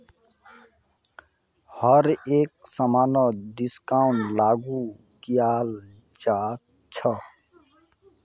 हर एक समानत डिस्काउंटिंगक लागू कियाल जा छ